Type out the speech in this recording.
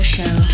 Show